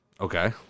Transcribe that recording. Okay